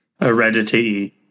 Heredity